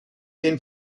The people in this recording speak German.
den